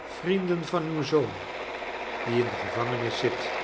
vrienden van uw zoon die in de gevangenis zit